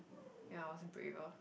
ya I was braver